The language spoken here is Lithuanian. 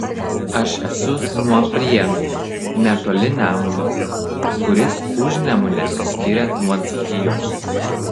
aš esu nuo prienų netoli nemuno kuris užnemunę skiria nuo dzūkijos